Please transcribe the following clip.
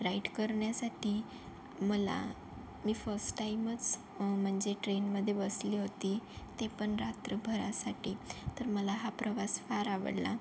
right करण्यासाठी मला मी फर्स्ट टाईमच म्हणजे ट्रेनमधे बसली होती ते पण रात्रभरासाठी तर मला हा प्रवास फार आवडला